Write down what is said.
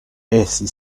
essi